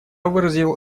выразил